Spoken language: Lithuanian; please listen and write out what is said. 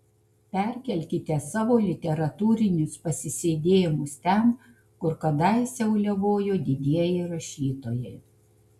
perkelkite savo literatūrinius pasisėdėjimus ten kur kadaise uliavojo didieji rašytojai